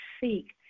seek